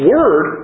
Word